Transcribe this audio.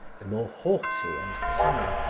the more haughty and cunning,